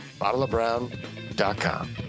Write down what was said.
BottleOfBrown.com